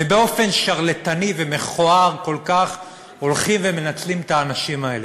ובאופן שרלטני ומכוער כל כך הולכים ומנצלים את האנשים האלה.